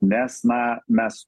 nes na mes